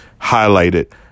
highlighted